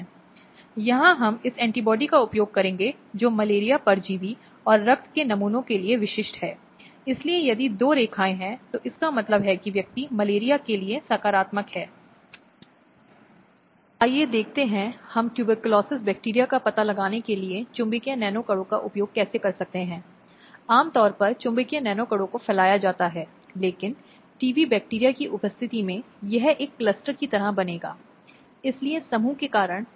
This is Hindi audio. भारत के लिए भी यही सत्य है जिसमें संपूर्णता विशेषता महिला के व्यक्ति को महत्व दिया गया है और आप जानते हैं उसके व्यक्तित्व उसके अस्तित्व को पहचाना गया है और वह एक विशेष है और कानून द्वारा एक विशिष्ट व्यक्ति के रूप में उसे संरक्षित करने की आवश्यकता है सुरक्षित रखने की जरूरत है जिसे अच्छी तरह से स्थापित किया गया है